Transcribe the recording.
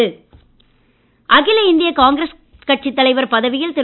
நமசிவாயம் இந்திய காங்கிரஸ் கட்சித் தலைவர் பதவியில் திரு